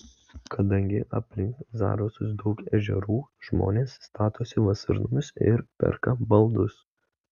kadangi aplink zarasus daug ežerų žmonės statosi vasarnamius ir perka baldus